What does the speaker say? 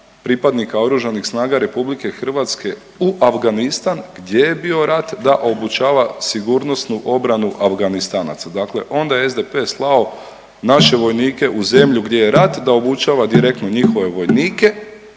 pripadnika Oružanih snaga RH gdje je bio rat da obučava sigurnosnu obranu Afganistanaca. Dakle onda je SDP slao naše vojnike u zemlju gdje je rat da obučava direktno njihove vojnike,